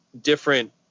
different